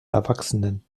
erwachsenen